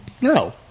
no